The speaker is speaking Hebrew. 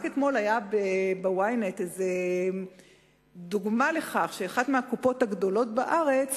רק אתמול היתה ב-Ynet דוגמה לכך: אחת מהקופות הגדולות בארץ